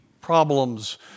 problems